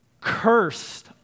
cursed